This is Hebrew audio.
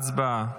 הצבעה.